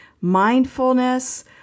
mindfulness